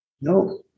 No